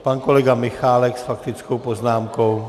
Pan kolega Michálek s faktickou poznámkou?